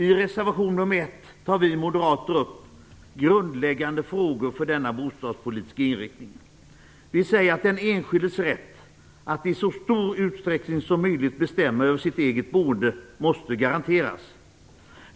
I reservation nr 1 tar vi moderater upp grundläggande frågor för denna bostadspolitiska inriktning. Vi säger att den enskildes rätt att i så stor utsträckning som möjligt bestämma över sitt eget boende måste garanteras.